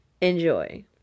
enjoy